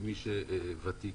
כמי שוותיק